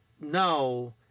no